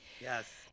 Yes